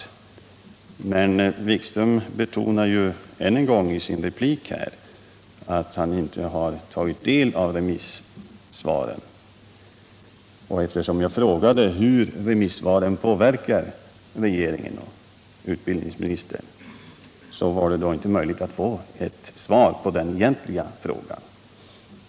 Utbildningsministern betonar ännu en gång i sin replik att han inte tagit del av remissvaren, och eftersom jag frågade hur remissvaren påverkar regeringen och utbildningsministern, så var det omöjligt att få något svar på den egentliga frågan.